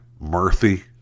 Murphy